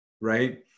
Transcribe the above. right